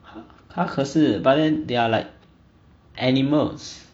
它可是 but then they are like animals